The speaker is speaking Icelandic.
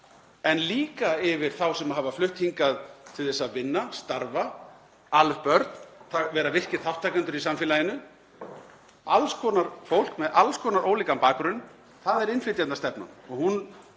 en líka yfir þá sem hafa flutt hingað til að vinna, starfa, ala upp börn, vera virkir þátttakendur í samfélaginu, alls konar fólk með alls konar ólíkan bakgrunn, — það er innflytjendastefnan og hún